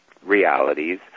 Realities